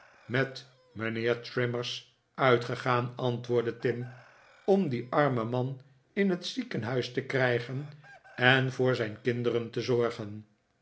met mijnheer trimmers uitgegaan antwoordde tim om dien armen man in het ziekenhuis te krijgen en voor zijn kinderen te zorgen